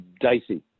dicey